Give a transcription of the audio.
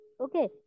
Okay